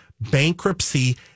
bankruptcy